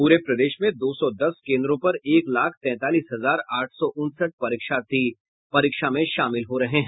पूरे प्रदेश में दो सौ दस केन्द्रों पर एक लाख तैंतालीस हजार आठ सौ उनसठ परीक्षार्थी शामिल होंगे